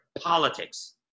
politics